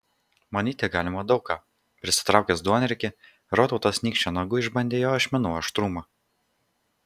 manyti galima daug ką prisitraukęs duonriekį rotautas nykščio nagu išbandė jo ašmenų aštrumą